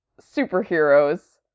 superheroes